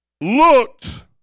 looked